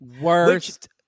Worst